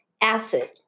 Acid